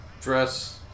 Dress